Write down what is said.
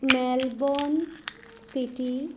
Melbourne city